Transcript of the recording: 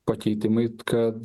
pakeitimai kad